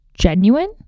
genuine